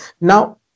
now